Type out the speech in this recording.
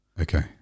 Okay